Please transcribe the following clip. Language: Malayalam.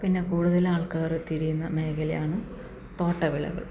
പിന്നെ കൂടുതൽ ആൾക്കാറ് തിരിയുന്ന മേഖലയാണ് തോട്ടവിളകൾ